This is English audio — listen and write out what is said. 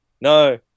No